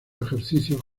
ejercicios